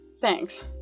Thanks